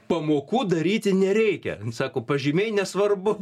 pamokų daryti nereikia sako pažymiai nesvarbu